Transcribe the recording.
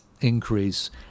increase